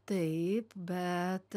taip bet